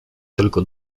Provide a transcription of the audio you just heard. tylko